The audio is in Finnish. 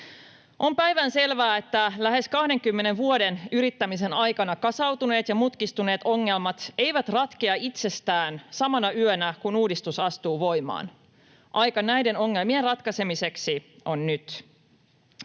On päivänselvää, että lähes 20 vuoden yrittämisen aikana kasautuneet ja mutkistuneet ongelmat eivät ratkea itsestään samana yönä, kun uudistus astuu voimaan. Aika näiden ongelmien ratkaisemiseksi on nyt.